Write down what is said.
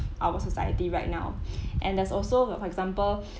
our society right now and there's also well for example